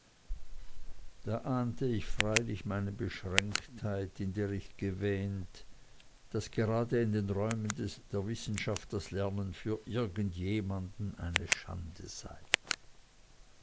da ahnte ich freilich meine beschränktheit in der ich gewähnt daß gerade in den räumen der wissenschaft das lernen für irgend jemanden eine schande sei